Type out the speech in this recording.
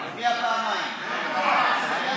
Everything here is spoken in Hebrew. אתה לא עשית כלום בשביל החברה הערבית,